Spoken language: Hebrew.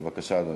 בבקשה, אדוני.